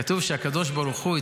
כתוב שהקדוש ברוך הוא,